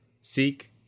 Seek